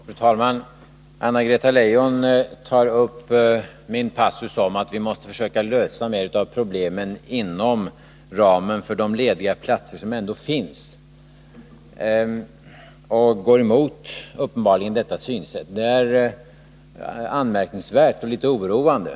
Fru talman! Anna-Greta Leijon tog upp en passus där jag framhöll att vi måste försöka lösa mera av problemen inom ramen för de lediga platser som ändå finns. Hon gick uppenbarligen emot det synsättet. Detta är anmärkningsvärt och litet oroande.